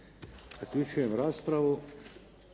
Zaključujem raspravu.